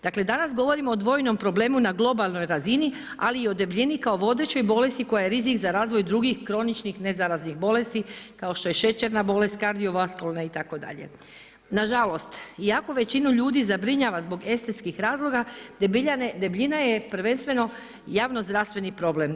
Dakle, danas govorimo o dvojnom problemu na globalnoj razini ali i o debljini kao vodećoj bolesti koja je rizik za razvoj drugih kroničnih nezaraznih bolesti kao što je šećerna bolest, kardiovaskularna itd. nažalost, iako većinu ljudi zabrinjava zbog estetskih razloga, debljina je prvenstveno javnozdravstveni problem.